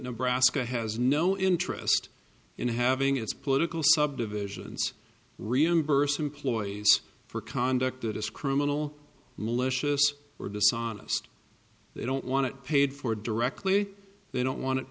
nebraska has no interest in having its political subdivisions reimburse employees for conduct that is criminal malicious or dishonest they don't want to paid for directly they don't want it